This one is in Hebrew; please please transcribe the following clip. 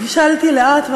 הבשלתי לאט,